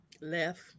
Left